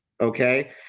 okay